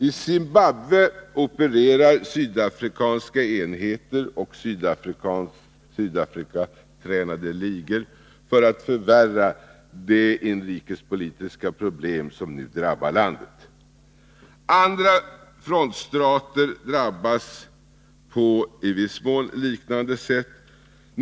I Zimbabwe opererar sydafrikanska enheter och Sydafrikatränade ligor för att förvärra de inrikespolitiska problem som nu råder i landet. Andra frontstater drabbas på i viss mån liknande sätt.